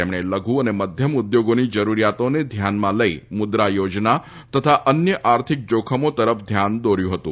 તેમણે લઘુ અને મધ્ય ઉદ્યોગોની જરૂરિયાતોને ધ્યાનમાં લઈને મુદ્રા યોજના તથા અન્ય આર્થિક જોખમો તરફ ધ્યાન દોર્યું હતું